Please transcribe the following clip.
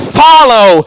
follow